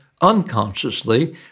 unconsciously